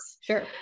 Sure